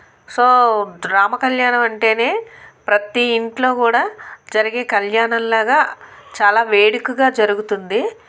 so రామకల్యాణం అంటేనే ప్రతి ఇంట్లో కూడా జరిగే కళ్యాణం లాగా చాలా వేడుకగా జరుగుతుంది